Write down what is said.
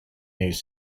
news